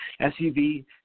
SUV